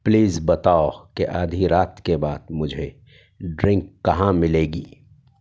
please بتاؤ کہ آدھی رات کے بعد مجھے ڈرنک کہاں مِلے گی